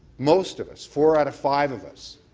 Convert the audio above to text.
most of us, four out of five of us,